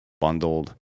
bundled